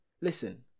listen